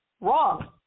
Wrong